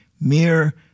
mere